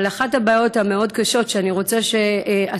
אבל אחת הבעיות המאוד-קשות שאני רוצה שאתה,